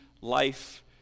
life